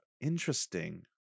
interesting